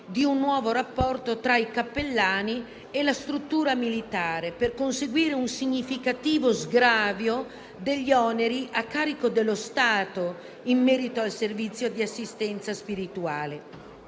di un nuovo rapporto tra i cappellani e la struttura militare e conseguire un significativo sgravio degli oneri a carico dello Stato in merito al servizio di assistenza spirituale.